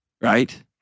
Right